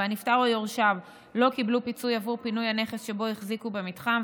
והנפטר או יורשיו לא קיבלו פיצוי עבור פינוי הנכס שבו החזיקו במתחם,